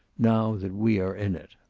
now that we are in it.